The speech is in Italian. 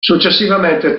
successivamente